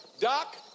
Doc